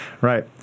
Right